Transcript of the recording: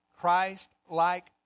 Christ-like